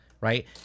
right